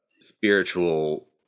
spiritual